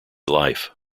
life